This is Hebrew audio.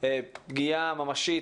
פגיעה ממשית,